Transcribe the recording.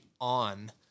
on